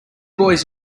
boys